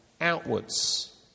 outwards